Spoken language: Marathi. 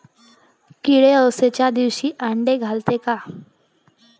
किडे अवसच्या दिवशी आंडे घालते का?